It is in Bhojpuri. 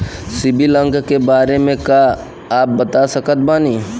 सिबिल अंक के बारे मे का आप बता सकत बानी?